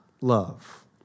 love